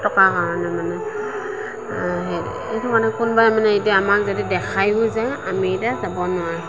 টকা কাৰণে মানে সেইটোকাৰণে কোনোবাই মানে এতিয়া আমাক যদি দেখায়ো যে আমি এতিয়া যাব নোৱাৰোঁ